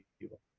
people